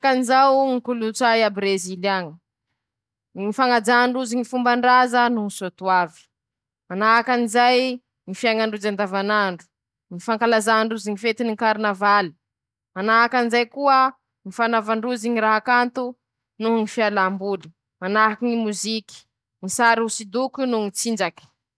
Mijanjy hira ñ'ahy ñy teako aminy ñy fiaiñako, ñ'antony :-Lafa zaho ro mijanjy hira, maiva soa ñ'aiko i ao, mila ñ'arety loha, aminy ñy fiasan-doha anañako, na an-traño ao zay na aminy ñy fiaiñako manoka ;iñy koa ñy mampihehihehy ahy, ro maha falifaly ahy lafa misy ñy hira teako ;mittsinjaky iaby aho, mijanjy azy, mazoto soa.